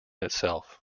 itself